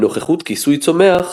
בנוכחות כיסוי צומח,